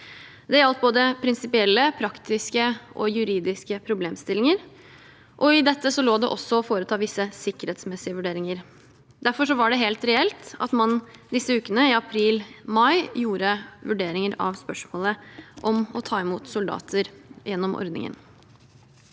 Det gjaldt både prinsipielle, praktiske og juridiske problemstillinger, og i dette lå det også å foreta visse sikkerhetsmessige vurderinger. Derfor var det helt reelt at man i disse ukene, i april/mai, gjorde vurderinger av spørsmålet om å ta imot soldater gjennom ordningen.